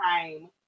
time